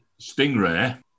Stingray